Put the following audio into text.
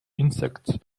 insects